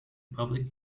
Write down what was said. public